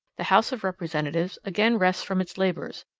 the house of representatives again rests from its labors,